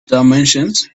dimensions